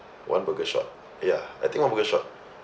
one burger short ya I think one burger short